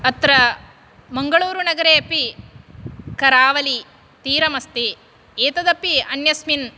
अत्र मङ्गलूरुनगरे अपि करावलि तीरम् अस्ति एतत् अपि अन्यस्मिन्